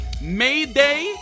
Mayday